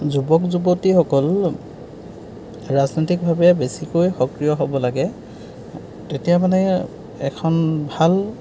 যুৱক যুৱতীসকল ৰাজনৈতিকভাৱে বেছিকৈ সক্ৰিয় হ'ব লাগে তেতিয়া মানে এখন ভাল